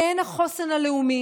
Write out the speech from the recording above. הן החוסן הלאומי,